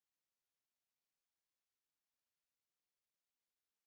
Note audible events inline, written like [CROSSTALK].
ma ne bullet [UNINTELLIGIBLE] twenty five sia [UNINTELLIGIBLE]